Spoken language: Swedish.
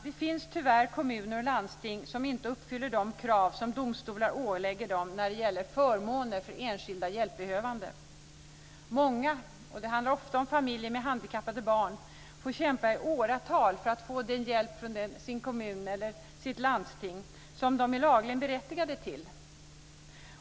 Det finns tyvärr kommuner och landsting som inte uppfyller de krav som domstolar ålägger dem när det gäller förmåner för enskilda hjälpbehövande. Många - det handlar ofta om familjer med handikappade barn - får kämpa i åratal för att få den hjälp från sin kommun eller sitt landsting som de är lagligen berättigade till.